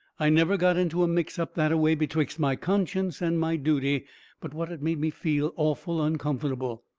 i never got into a mix up that-a-way betwixt my conscience and my duty but what it made me feel awful uncomfortable.